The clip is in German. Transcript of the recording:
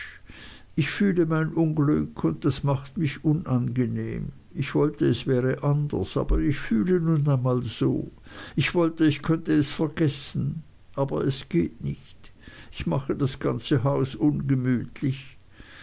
ich fühle mein unglück und das macht mich unangenehm ich wollte es wäre anders aber ich fühle nun einmal so ich wollte ich könnt es vergessen aber es geht nicht ich mache das ganze haus ungemütlich